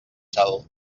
salt